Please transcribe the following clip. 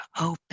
open